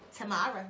tomorrow